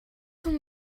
хүн